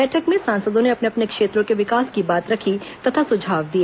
बैठक में सांसदों ने अपने अपने क्षेत्रों के विकास की बात रखी तथा सुझाव दिए